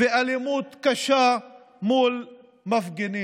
ואלימות קשה מול מפגינים.